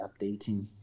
updating